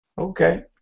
okay